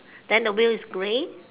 then the wheel is grey